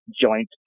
joint